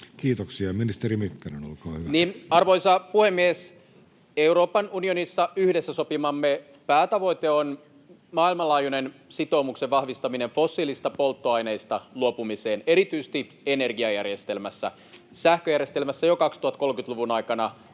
Ollikainen r) Time: 17:00 Content: Arvoisa puhemies! Euroopan unionissa yhdessä sopimamme päätavoite on maailmanlaajuinen sitoumuksen vahvistaminen fossiilisista polttoaineista luopumiseen, erityisesti energiajärjestelmässä. Sähköjärjestelmässä jo 2030-luvun aikana